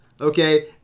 Okay